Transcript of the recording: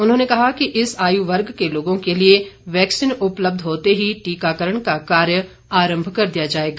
उन्होंने कहा कि इस आयु वर्ग के लोगों के लिए वैक्सीन उपलब्ध होते ही टीकाकरण का कार्य आरम्भ कर दिया जाएगा